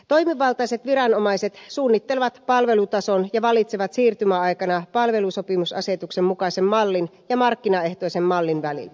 toimivaltaiset viranomaiset suunnittelevat palvelutason ja valitsevat siirtymäaikana palvelusopimusasetuksen mukaisen mallin ja markkinaehtoisen mallin väliltä